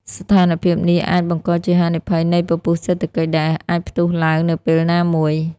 ស្ថានភាពនេះអាចបង្កជាហានិភ័យនៃពពុះសេដ្ឋកិច្ច ដែលអាចផ្ទុះឡើងនៅពេលណាមួយ។